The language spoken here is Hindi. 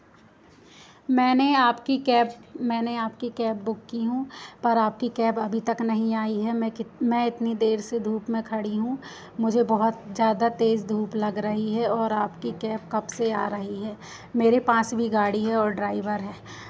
मैंने आपकी कैब मैंने आपकी कैब बुक की हूँ पर आपकी कैब अभी तक नहीं आई है मैं कित मैं इतनी देर से धूप में खड़ी हूँ मुझे बहुत ज़्यादा तेज़ धूप लग रही है और आपकी कैब कब से आ रही है मेरे पास भी गाड़ी है और ड्राइवर है